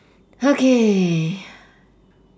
okay